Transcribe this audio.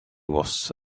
was